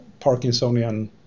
Parkinsonian